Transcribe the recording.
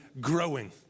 growing